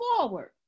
forward